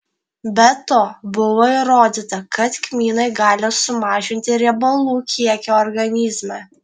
be to buvo įrodyta kad kmynai gali sumažinti riebalų kiekį organizme